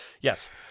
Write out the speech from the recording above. Yes